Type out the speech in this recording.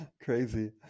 Crazy